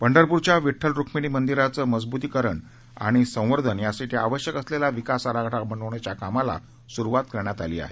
पंढरपूरच्या विड्डल रुक्मिणी मंदिराचं मजबुतीकरण आणि संवर्धनासाठी आवश्यक असलेला विकास आराखडा बनवण्याच्या कामाला सुरवात करण्यात आली आहे